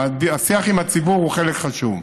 השיח עם הציבור הוא חלק חשוב.